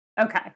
Okay